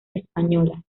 españolas